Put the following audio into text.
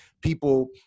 people